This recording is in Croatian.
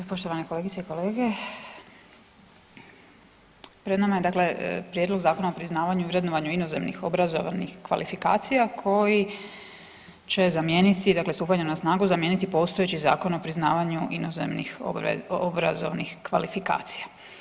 Poštovane kolegice i kolege, pred nama je dakle prijedlog Zakona o priznavanju i vrednovanju inozemnih obrazovanih kvalifikacija koji će zamijeniti, dakle stupanjem na snagu zamijeniti postojeći Zakon o priznavanju inozemnih obrazovnih kvalifikacija.